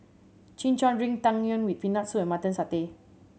Chin Chow drink Tang Yuen with Peanut Soup and Mutton Satay